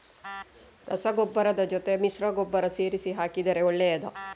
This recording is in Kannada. ರಸಗೊಬ್ಬರದ ಜೊತೆ ಮಿಶ್ರ ಗೊಬ್ಬರ ಸೇರಿಸಿ ಹಾಕಿದರೆ ಒಳ್ಳೆಯದಾ?